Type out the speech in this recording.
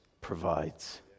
provides